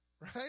Right